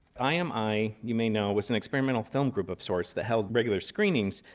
i am eye, you may know, was an experimental film group of sorts that held regular screenings,